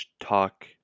talk